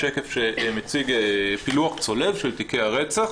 השקף שמציג פילוח צולב של תיקי הרצח